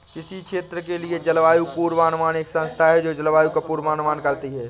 किसी क्षेत्र के लिए जलवायु पूर्वानुमान एक संस्था है जो जलवायु का पूर्वानुमान करती है